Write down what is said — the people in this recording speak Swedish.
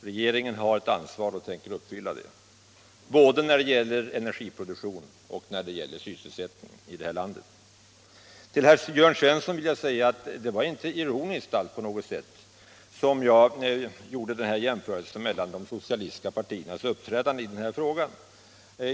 Regeringen har ett ansvar och tänker uppfylla det, både när det gäller energiproduktion och när det gäller sysselsättningen här i landet. Till herr Jörn Svensson vill jag säga att det inte alls var av ironi som jag gjorde jämförelsen med de socialistiska partiernas uppträdande i den här frågan.